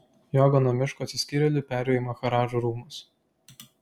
joga nuo miško atsiskyrėlių perėjo į maharadžų rūmus